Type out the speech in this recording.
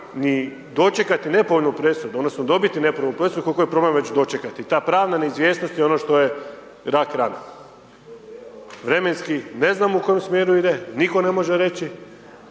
ni dočekati nepovoljnu presudu, odnosno dobiti nepovoljnu presudu koliko je problem već dočekati. I ta pravna neizvjesnost je ono što je rak rana. Vremenski ne znam u kojem smjeru ide, nitko ne može reći